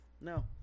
no